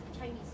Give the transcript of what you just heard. Chinese